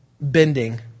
bending